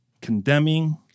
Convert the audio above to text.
condemning